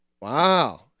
wow